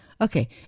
Okay